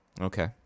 Okay